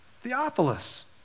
Theophilus